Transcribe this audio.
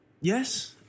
yes